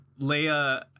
Leia